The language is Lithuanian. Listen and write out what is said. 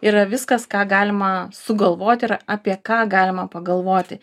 yra viskas ką galima sugalvoti ir apie ką galima pagalvoti